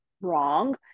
wrong